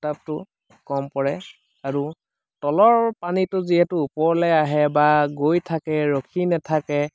উত্তাপটো কম পৰে আৰু তলৰ পানীটো যিহেতু ওপৰলৈ আহে বা গৈ থাকে ৰখি নেথাকে